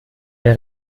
der